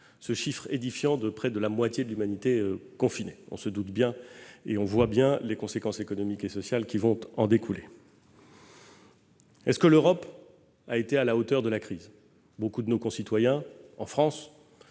ce chiffre édifiant : près de la moitié de l'humanité confinée- on entrevoit bien les conséquences économiques et sociales qui vont en découler ... Est-ce que l'Europe a été à la hauteur de la crise ? Beaucoup de nos concitoyens en France,